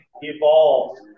evolved